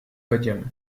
podium